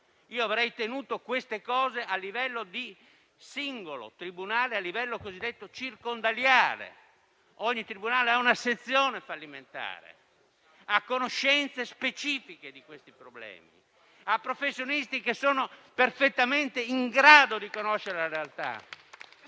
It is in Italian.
Avrei tenuto queste funzioni a livello di singolo tribunale, a livello circondariale: ogni tribunale ha una sezione fallimentare, ha conoscenze specifiche di questi problemi, ha professionisti che sono perfettamente in grado di conoscere la realtà.